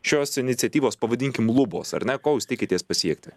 šios iniciatyvos pavadinkim lubos ar ne ko jūs tikitės pasiekti